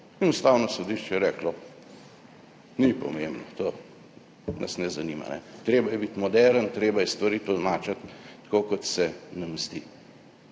in Ustavno sodišče je reklo, ni pomembno, to nas ne zanima. Treba je biti moderen, treba je stvari tolmačiti tako, kot se nam zdi.